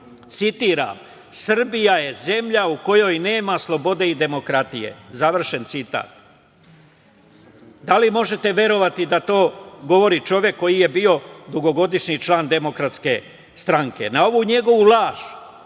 citiram – Srbija je zemlja u kojoj nema slobode i demokratije, završen citat. Da li možete verovati da to govori čovek koji je bio dugogodišnji član DS.Na ovu njegovu laž,